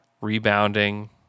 rebounding